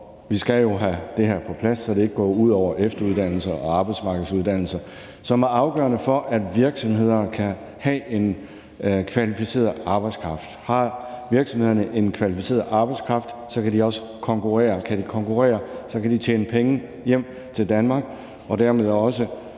vi skal jo have det her på plads, så det ikke går ud over efteruddannelser og arbejdsmarkedsuddannelser, som er afgørende for, at virksomhederne kan have en kvalificeret arbejdskraft. Har virksomhederne en kvalificeret arbejdskraft, kan de også konkurrere, og kan de konkurrere, kan de tjene penge hjem til Danmark, og dermed kan